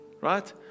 right